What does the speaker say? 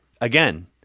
again